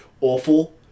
awful